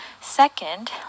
Second